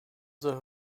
the